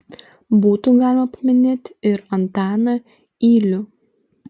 būtų galima paminėti ir antaną ylių